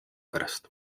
pärast